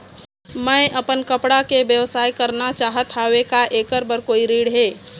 मैं अपन कपड़ा के व्यवसाय करना चाहत हावे का ऐकर बर कोई ऋण हे?